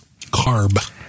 CARB